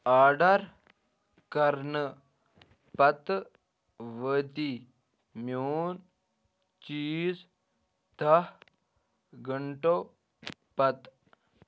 order کرنہٕ پتہٕ واتی میون چیٖز دہ گنٛٹَو پتہٕ